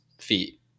feet